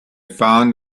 found